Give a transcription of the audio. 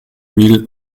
mille